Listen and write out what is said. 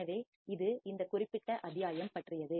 எனவே இது இந்த குறிப்பிட்ட அத்தியாயம் பற்றியது